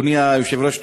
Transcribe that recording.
אדוני היושב-ראש,